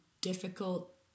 difficult